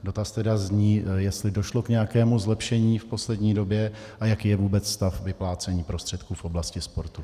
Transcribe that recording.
Dotaz tedy zní, jestli došlo k nějakému zlepšení v poslední době a jaký je vůbec stav vyplácení prostředků v oblasti sportu.